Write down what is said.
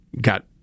got